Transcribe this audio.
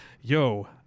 Yo